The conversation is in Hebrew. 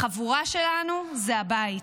החבורה שלנו זה הבית,